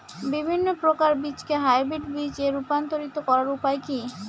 বিভিন্ন প্রকার বীজকে হাইব্রিড বীজ এ রূপান্তরিত করার উপায় কি?